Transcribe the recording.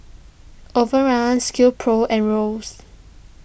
Overrun Skill Pro and Royce